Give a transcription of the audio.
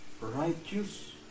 Righteous